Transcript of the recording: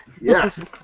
Yes